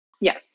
Yes